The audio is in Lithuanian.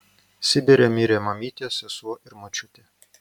sibire mirė mamytė sesuo ir močiutė